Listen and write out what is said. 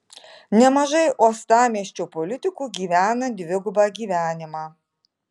nemažai uostamiesčio politikų gyvena dvigubą gyvenimą